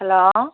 hello